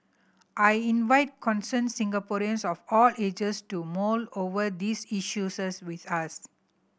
I invite concerned Singaporeans of all ages to mull over these with us